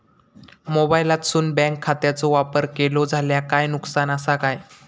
मोबाईलातसून बँक खात्याचो वापर केलो जाल्या काय नुकसान असा काय?